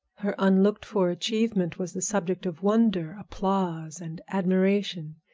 her unlooked-for achievement was the subject of wonder, applause, and admiration.